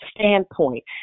standpoint